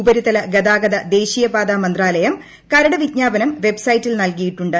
ഉപരിതല ഗതാഗത ദേശീയപാത മന്ത്രാലയം കരട് വിജ്ഞാപനം വെബ്സൈറ്റിൽ നൽകിയിട്ടുണ്ട്